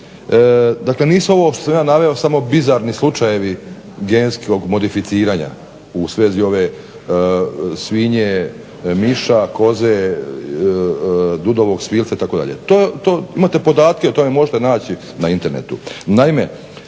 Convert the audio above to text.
Reiner, nisu ovo što sam ja naveo samo bizarni slučajevi genetskog modificiranja u vezi ove svinje, miša, koze, dudovog svilca itd. Imate podatke o tome možete naći na internetu.